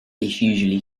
usually